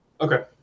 Okay